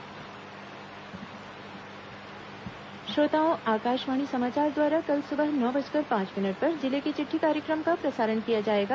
जिले की चिटठी श्रोताओं आकाशवाणी समाचार द्वारा कल सुबह नौ बजकर पांच मिनट पर जिले की चिट्ठी कार्यक्रम का प्रसारण किया जाएगा